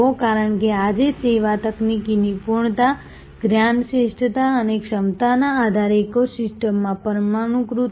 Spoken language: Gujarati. કારણ કે આજે સેવાઓ તકનીકી નિપુણતા જ્ઞાન શ્રેષ્ઠતા અને ક્ષમતાના આધારે ઇકોસિસ્ટમમાં પરમાણુકૃત છે